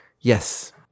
Yes